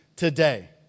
today